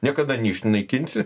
niekada neišnaikinsi